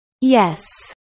Yes